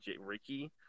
Ricky